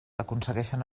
aconsegueixen